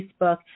Facebook